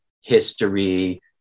history